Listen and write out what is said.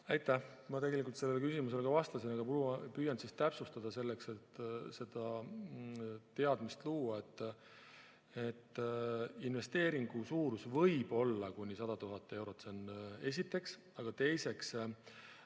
Aitäh! Ma tegelikult sellele küsimusele vastasin, aga püüan täpsustada, et seda teadmist luua. Investeeringu suurus võib olla kuni 100 000 eurot. Seda esiteks. Teiseks